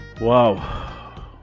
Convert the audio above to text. Wow